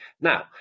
now